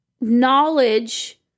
knowledge